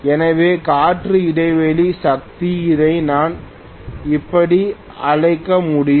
எனவே காற்று இடைவெளி சக்தி இதை நான் இப்படி அழைக்க முடியும்